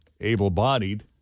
able-bodied